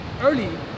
early